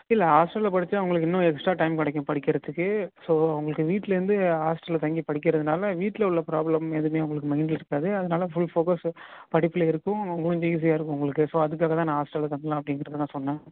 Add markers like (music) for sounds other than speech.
இல்லை ஹாஸ்டலில் படிச்சால் உங்களுக்கு இன்னும் எக்ஸ்ட்ரா டைம் கிடைக்கும் படிக்கிறத்துக்கு ஸோ உங்களுக்கு வீட்லந்து ஹாஸ்டலில் தங்கி படிக்கிறதுனால் வீட்டில் உள்ள ப்ராப்லம் எதுவுமே உங்களுக்கு மைண்டில் இருக்காது அதனால ஃபுல் ஃபோக்கஸு படிப்பில் இருக்கும் (unintelligible) ஈஸியாக இருக்கும் உங்களுக்கு ஸோ அதுக்காக தான் நான் ஹாஸ்டலில் தங்கலாம் அப்படின்றத நான் சொன்னன்